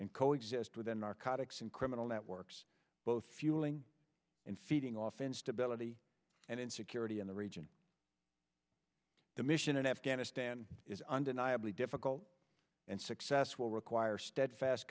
and coexist with the narcotics and criminal networks both fueling and feeding off instability and insecurity in the region the mission in afghanistan is undeniably difficult and success will require steadfast